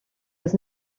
was